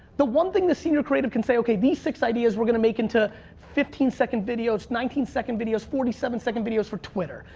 the one thing the senior creative can say, okay, these six ideas, we're gonna make into fifteen second videos, nineteen second videos. forty seven second videos for twitter.